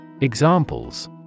Examples